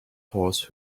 horse